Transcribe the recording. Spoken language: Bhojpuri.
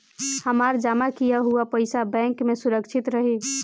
हमार जमा किया हुआ पईसा बैंक में सुरक्षित रहीं?